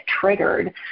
triggered